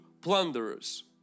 plunderers